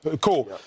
Cool